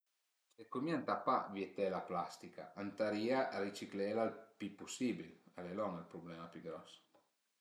Sëcund mi ëntà pa vieté la plastica, ëntarìa rëciclela ël pi pusibil, al e lon ël prublema pi gros